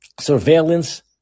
surveillance